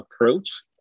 approach